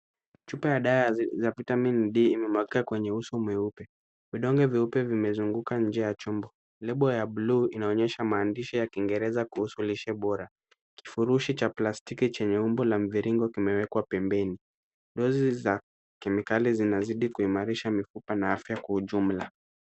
Chupa ya dawa ya vitamin D imemwagika kwenye uso mweupe. Hudonge vieupe vimezunguka nje ya chumba, lebu ya bluu inaonyesha maandishi ya Kiingereza kuhusu lishe bora, kifurudhi cha plastiki chenye umbo la mviringo kimewekwa pembeni, rozi za kemikali zinazidi kuimarisha mifupa na afya kwa ujumla.